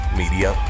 media